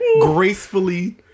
gracefully